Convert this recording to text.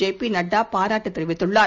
J P Nadda பாராட்டு தெரிவித்துள்ளார்